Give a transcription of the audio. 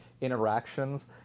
interactions